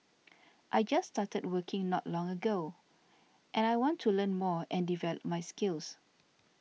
I just started working not long ago and I want to learn more and develop my skills